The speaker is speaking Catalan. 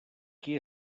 qui